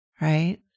right